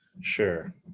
Sure